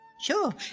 Sure